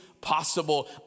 possible